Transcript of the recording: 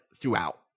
throughout